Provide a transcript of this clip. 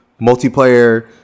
multiplayer